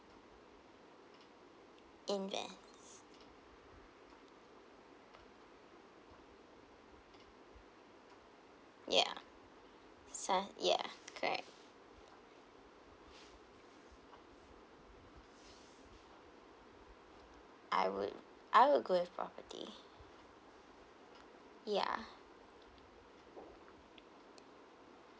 invest ya so ya correct I would I would go with property ya